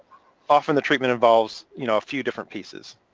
often the treatment involves you know a few different pieces.